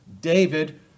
David